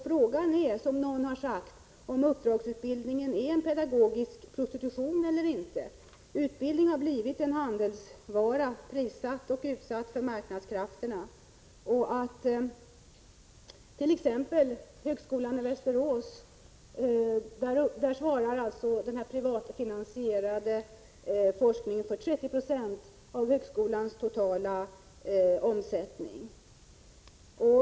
Frågan är, som någon har sagt, om uppdragsutbildningen är en pedagogisk prostitution eller inte. Utbildning har blivit en handelsvara, prissatt och utsatt för marknadskrafterna. Vid t.ex. högskolan i Västerås svarar den privatfinansierade forskningen för 30 90 av högskolans totala omsättning.